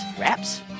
wraps